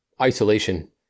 isolation